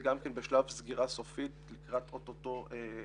גם זה בשלב סגירה סופי לקראת הצעות.